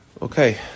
Okay